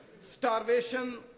starvation